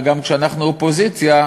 וגם שאנחנו אופוזיציה,